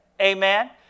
Amen